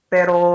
Pero